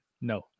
No